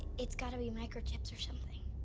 it's gotta be micro-chipped or something